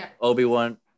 obi-wan